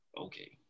Okay